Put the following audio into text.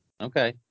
Okay